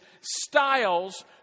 styles